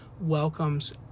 welcomes